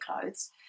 clothes